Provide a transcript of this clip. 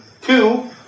two